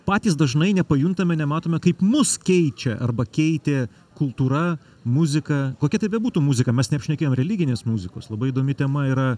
patys dažnai nepajuntame nematome kaip mus keičia arba keitė kultūra muzika kokia tai bebūtų muzika mes neapšnekėjom religinės muzikos labai įdomi tema yra